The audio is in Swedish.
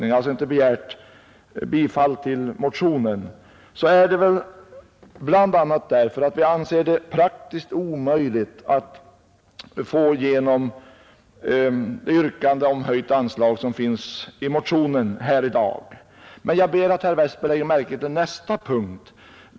Vi har alltså inte yrkat bifall till motionen, och det är väl bl.a. därför att vi anser det praktiskt omöjligt att i dag få igenom det yrkande om höjt anslag som finns i motionen. Men jag ber herr Westberg att lägga märke till nästa punkt.